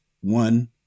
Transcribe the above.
one